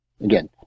Again